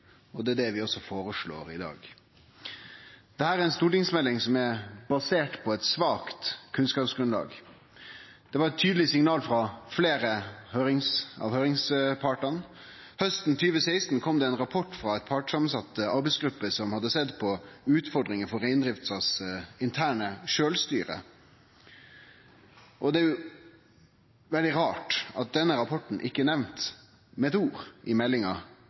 og det er det vi også føreslår i dag. Dette er ei stortingsmelding som er basert på eit svakt kunnskapsgrunnlag, det var eit tydeleg signal frå fleire av høyringspartane. Hausten 2016 kom det ein rapport frå ei partssamansett arbeidsgruppe som hadde sett på utfordringar for det interne sjølvstyret i reindrifta. Det er jo veldig rart at denne rapporten ikkje er nemnd med eit ord i meldinga